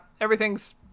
everything's